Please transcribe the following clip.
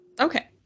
Okay